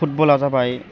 फुटबला जाबाय